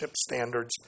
standards